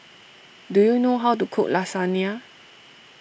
do you know how to cook Lasagna